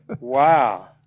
wow